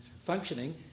functioning